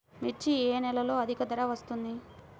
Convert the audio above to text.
మిర్చి ఏ నెలలో అధిక ధర వస్తుంది?